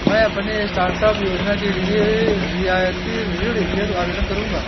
मैं अपने स्टार्टअप योजना के लिए रियायती ऋण हेतु आवेदन करूंगा